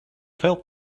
felt